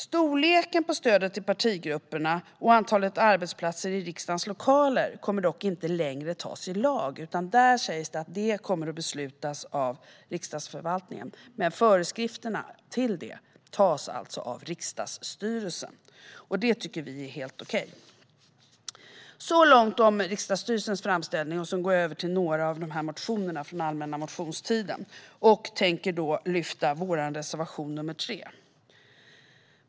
Storleken på stödet till partigrupperna och antalet arbetsplatser i riksdagens lokaler kommer inte längre att tas upp i lagen, utan det kommer att beslutas av Riksdagsförvaltningen. Men föreskrifterna för detta antas av riksdagsstyrelsen, och det tycker vi är helt okej. Så långt riksdagsstyrelsens framställning. Nu går jag över till motioner från allmänna motionstiden. Jag tänker lyfta fram vår reservation 3.